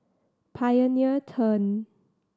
Pioneer Turn